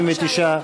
59,